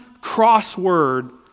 crossword